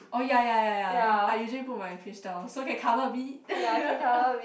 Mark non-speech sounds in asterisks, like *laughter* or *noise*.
oh ya ya ya ya I usually put my fringe down so can cover a bit *laughs*